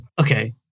Okay